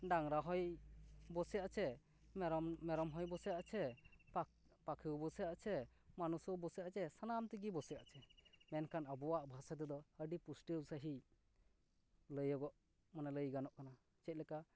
ᱰᱟᱝᱨᱟ ᱦᱚᱸᱭ ᱵᱚᱥᱮ ᱟᱪᱷᱮ ᱢᱮᱨᱚᱢ ᱢᱮᱨᱚᱢ ᱦᱚᱸᱭ ᱵᱚᱥᱮ ᱟᱪᱷᱮ ᱯᱟᱠ ᱯᱟᱠᱷᱤᱣ ᱵᱚᱥᱮ ᱟᱪᱷᱮ ᱢᱟᱱᱩᱥᱣ ᱵᱚᱥᱮ ᱟᱪᱷᱮ ᱥᱟᱱᱟᱢ ᱛᱮᱜᱮ ᱵᱚᱥᱮ ᱟᱪᱷᱮ ᱢᱮᱱᱠᱷᱟᱱ ᱟᱵᱚᱭᱟᱜ ᱵᱷᱟᱥᱟ ᱛᱮ ᱫᱚ ᱟᱹᱰᱤ ᱯᱩᱥᱴᱟᱣ ᱥᱟᱹᱦᱤᱡ ᱞᱟᱹᱭᱟᱹᱜᱚᱜ ᱢᱟᱱᱮ ᱞᱟᱹᱭ ᱜᱟᱱᱚᱜ ᱠᱟᱱᱟ ᱪᱮᱫ ᱞᱮᱠᱟ